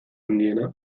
handiena